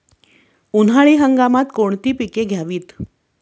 उन्हाळी हंगामात कोणती पिके घ्यावीत?